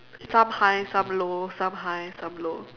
some high some low some high some low